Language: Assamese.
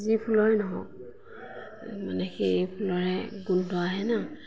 যি ফুলৰে নহওক মানে সেই ফুলৰে গোন্ধ আহে ন